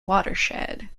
watershed